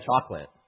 chocolate